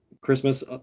christmas